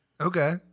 Okay